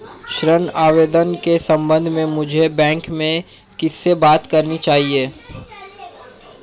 ऋण आवेदन के संबंध में मुझे बैंक में किससे बात करनी चाहिए?